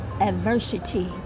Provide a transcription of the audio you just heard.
adversity